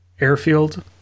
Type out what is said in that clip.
airfield